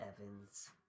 Evans